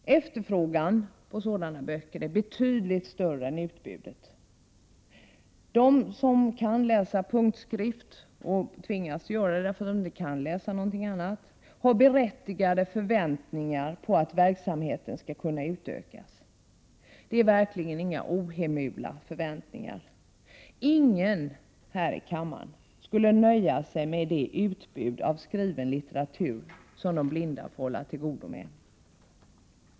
Efterfrågan på sådana böcker är betydligt större än utbudet. De som kan läsa punktskrift, och tvingas göra det därför att de inte kan läsa någonting annat, har berättigade förväntningar om att verksamheten skall kunna utökas. Det är verkligen inga ohemula förväntningar. Ingen här i kammaren skulle nöja sig med det utbud av skriven litteratur som de blinda får hålla till godo med.